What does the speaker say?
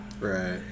Right